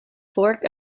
fork